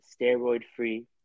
steroid-free